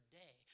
day